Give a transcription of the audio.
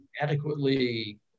adequately